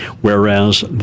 whereas